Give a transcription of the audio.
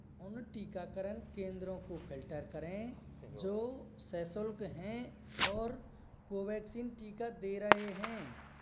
उन टीकाकरण केंद्रों को फ़िल्टर करें जो सशुल्क हैं और कोवैक्सीन टीका दे रहे हैं